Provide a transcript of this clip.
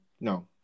no